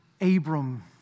Abram